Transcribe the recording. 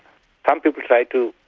um people try to